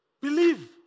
Believe